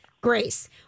Grace